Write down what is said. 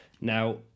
Now